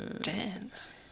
Dance